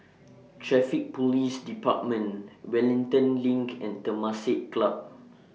Traffic Police department Wellington LINK and Temasek Club